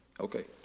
Okay